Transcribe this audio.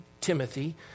Timothy